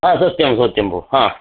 हा सत्यं सत्यं भो हा